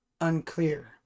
unclear